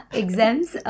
exams